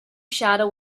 shadow